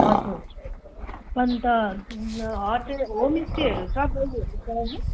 हजुर अन्त होटेल होमस्टेहरू छ बहिनीहरूको गाउँमा